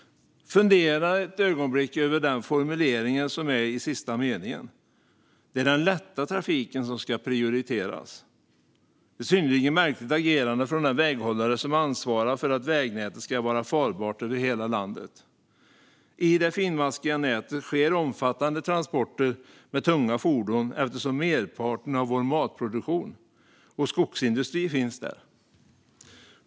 Fundera ett ögonblick över formuleringen i sista meningen! Det är den lätta trafiken som ska prioriteras. Det är ett synnerligen märkligt uttalande från den väghållare som ansvarar för att vägnätet ska vara farbart i hela landet. I det finmaskiga nätet sker omfattande transporter med tunga fordon, eftersom merparten av vår matproduktion och skogsindustri finns där.